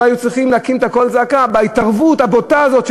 היו צריכים להקים קול זעקה על ההתערבות הבוטה הזאת,